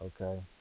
Okay